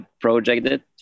projected